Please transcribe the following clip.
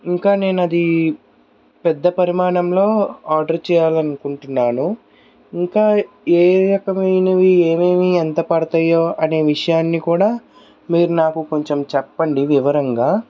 ఇంకా నేనది పెద్ద పరిమాణంలో ఆర్డర్ చేయాలనుకుంటున్నాను ఇంకా ఏ ఏ రకమైనవి ఏవేవి ఎంత పడతాయో అనే విషయాన్ని కూడా మీరు నాకు కొంచెం చెప్పండి వివరంగా